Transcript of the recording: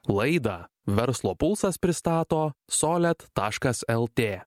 laidą verslo pulsas pristato solet taškas lt